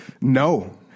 No